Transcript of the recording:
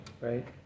right